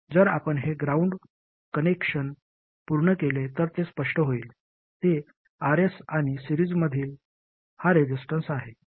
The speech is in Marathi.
जर आपण हे ग्राउंड कनेक्शन पूर्ण केले तर ते स्पष्ट होईल ते Rs आणि सिरीजमधील हा रेसिस्टन्स आहे